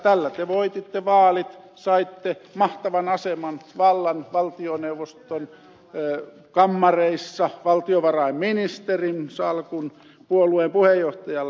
tällä te voititte vaalit saitte mahtavan aseman vallan valtioneuvoston kammareissa valtiovarainministerin salkun puolueen puheenjohtajalle